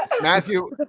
Matthew